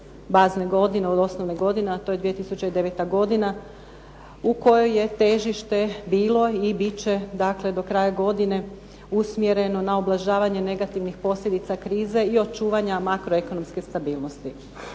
od osnovne godine a to je 2009. godina u kojoj je težište bilo i biti će dakle do kraja godine usmjereno na ublažavanje negativnih posljedica krize i očuvanja makroekonomske stabilnosti.